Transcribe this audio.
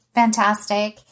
fantastic